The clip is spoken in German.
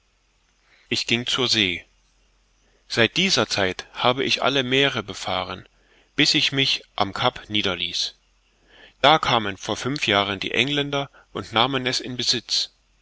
ich ging zur see seit dieser zeit habe ich alle meere befahren bis ich mich am kap niederließ da kamen vor fünf jahren die engländer und nahmen es in besitz